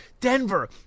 Denver